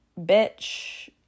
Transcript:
bitch